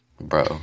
bro